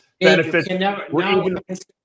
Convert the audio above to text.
benefits –